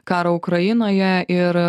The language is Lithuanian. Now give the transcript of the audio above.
karą ukrainoje ir